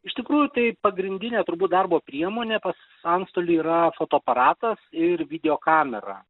iš tikrųjų tai pagrindinė turbūt darbo priemonė pas antstolį yra fotoparatas ir video kamera